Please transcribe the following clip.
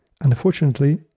Unfortunately